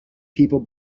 people